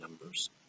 numbers